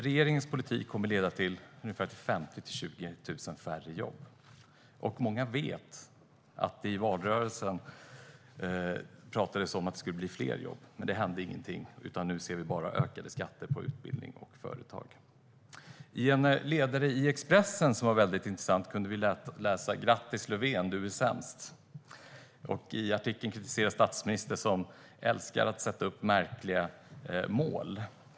Regeringens politik kommer att leda till 15 000-20 000 färre jobb. Många vet att det i valrörelsen pratades om att det skulle bli fler jobb, men ingenting hände. Nu ser vi bara ökade skatter på utbildning och företag. I en ledare i Expressen, som var väldigt intressant, kunde vi läsa: Grattis Löfven, du är sämst. I artikeln kritiseras statsministern för att han älskar att sätta upp märkliga mål.